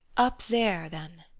up there, then.